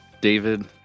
David